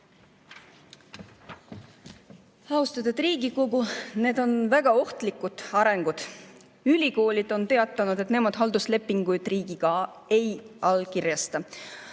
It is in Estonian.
Austatud Riigikogu! Need on väga ohtlikud arengud. Ülikoolid on teatanud, et nemad halduslepinguid riigiga ei allkirjasta.